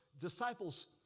disciples